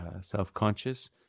self-conscious